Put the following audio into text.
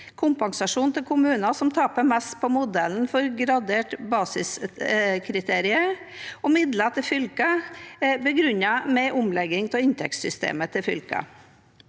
kompensasjon til kommuner som taper mest på modellen for gradert basiskriterium, og midler til fylkene begrunnet med omlegging av inntektssystemet til fylkene.